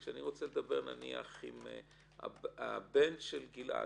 כשאתה רוצה לדבר עם הבן של גלעד,